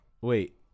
Wait